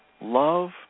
love